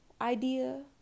idea